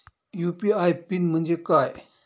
UPI PIN म्हणजे काय?